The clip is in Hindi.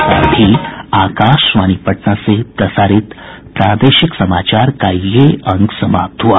इसके साथ ही आकाशवाणी पटना से प्रसारित प्रादेशिक समाचार का ये अंक समाप्त हुआ